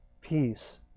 Peace